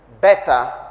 better